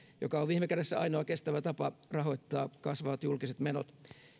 joka on viime kädessä ainoa kestävä tapa rahoittaa kasvavat julkiset menot